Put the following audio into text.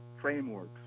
frameworks